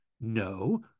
No